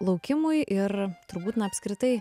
laukimui ir turbūt na apskritai